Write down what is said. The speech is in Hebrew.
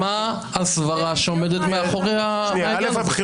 מה הסברה שעומדת מאחורי העניין הזה?